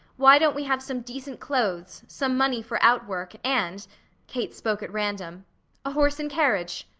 why don't we have some decent clothes, some money for out work and kate spoke at random a horse and carriage?